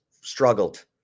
struggled